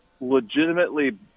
legitimately